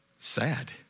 sad